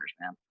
man